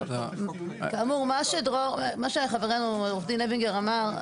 כאמור, מה שדרור, מה שחברינו, עו"ד לוינגר אמר,